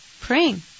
praying